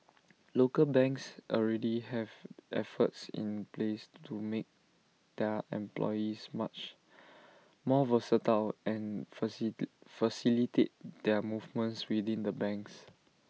local banks already have efforts in place to make their employees much more versatile and facilitate their movements within the banks